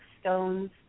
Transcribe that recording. stones